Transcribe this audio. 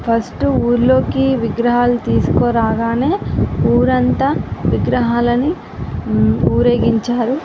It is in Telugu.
ఫస్ట్ ఊళ్ళోకి విగ్రహాలు తీసుకు రాగానే ఊరంతా విగ్రహాలని ఊరేగించారు